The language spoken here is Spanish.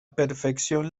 perfección